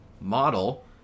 model